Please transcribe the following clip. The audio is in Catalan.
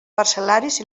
parcel·laris